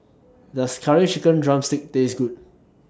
Does Curry Chicken Drumstick Taste Good